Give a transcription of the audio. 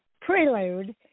prelude